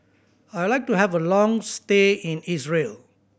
I would like to have a long stay in Israel